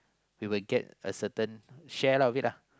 they will get a certain share of it lah